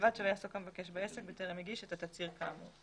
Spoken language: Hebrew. ובלבד שלא יעסוק המבקש בעסק בטרם הגיש את התצהיר כאמור".